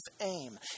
aim